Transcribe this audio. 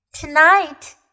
tonight